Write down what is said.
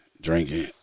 drinking